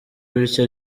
bityo